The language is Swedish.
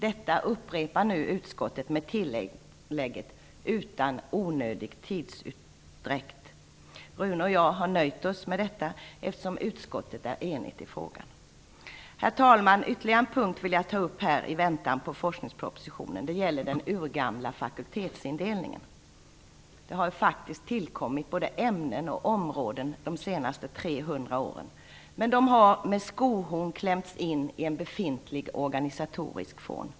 Detta upprepar nu utskottet, med tillägget "utan onödig tidsutdräkt". Rune Rydén och jag har nöjt oss med detta, eftersom utskottet är enigt i frågan. Herr talman! Jag vill i väntan på forskningspropositionen nu ta upp ytterligare en punkt. Det gäller den urgamla fakultetsindelningen. Det har faktiskt tillkommit både ämnen och områden under de senaste 300 åren, men dessa ämnen har med skohorn klämts in i en befintlig organisatorisk form.